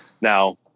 Now